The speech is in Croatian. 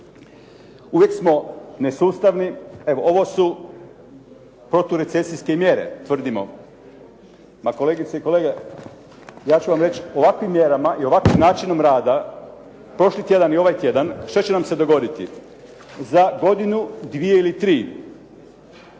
Uvijek smo nesustavni, evo ovo su proturecesijske mjere tvrdimo. Pa kolegice i kolege, ja ću vam reći, ovakvim mjerama i ovakvim načinom rada prošli tjedan i ovaj tjedan što će nam se dogoditi? Za godinu, dvije ili tri,